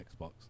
Xbox